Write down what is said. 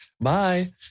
Bye